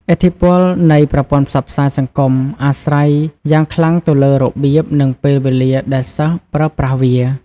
ឥទ្ធិពលនៃប្រព័ន្ធផ្សព្វផ្សាយសង្គមអាស្រ័យយ៉ាងខ្លាំងទៅលើរបៀប និងពេលវេលាដែលសិស្សប្រើប្រាស់វា។